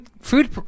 food